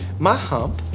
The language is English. my hump,